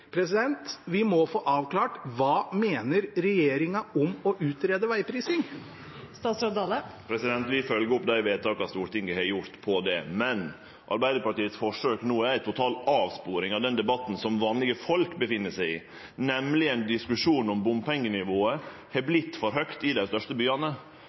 Vi må få avklart: Hva mener regjeringen om å utrede vegprising? Vi følgjer opp dei vedtaka Stortinget har gjort her, men Arbeidarpartiets forsøk no er ei total avsporing av den debatten vanlege folk deltek i, nemleg ein diskusjon om bompengenivået har vorte for høgt i dei største byane.